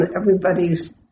everybody's